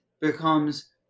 becomes